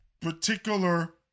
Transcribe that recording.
particular